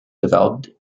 developed